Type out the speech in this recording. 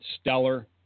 stellar